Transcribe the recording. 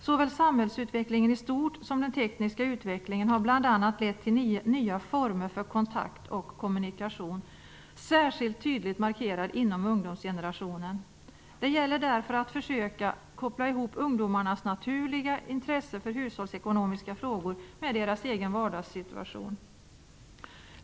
Såväl samhällsutvecklingen i stort som den tekniska utvecklingen har bl.a. lett till nya former för kontakt och kommunikation, särskilt tydligt markerat inom ungdomsgenerationen. Det gäller därför att försöka koppla ihop ungdomarnas naturliga intresse för hushållsekonomiska frågor med deras egen vardagssituation.